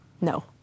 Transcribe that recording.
No